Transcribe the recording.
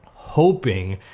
hoping,